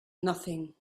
nothing